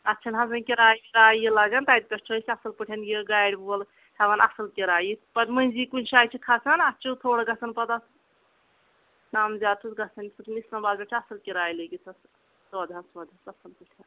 اتھ چھنہٕ چھُ وۄنۍ کراے وِ راے یہ لگان تتہِ پٮ۪ٹھ چھُ اَسہ اصٕل پٲٹھۍ یہ گاڑِ وول ہیوان اصل کراے یہ پتہٕ منزی کُنہِ جایہِ چھُ کھَسان اتھ چھُ تھوڑا گژھان پتہ اتھ کم زیادٕ چھُس گژھان اسلام آبادس چھِ اصٕل کِراے لٔگتھ اتھ سوداہَس ووداہَس اصٕل پٲٹھۍ